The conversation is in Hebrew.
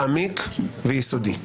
מעמיק ויסודי.